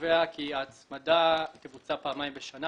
וקובע כי ההצמדה תבוצע פעמיים בשנה,